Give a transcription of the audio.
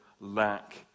lack